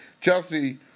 Chelsea